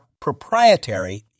proprietary